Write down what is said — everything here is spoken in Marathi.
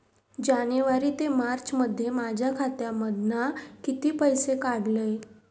जानेवारी ते मार्चमध्ये माझ्या खात्यामधना किती पैसे काढलय?